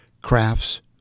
crafts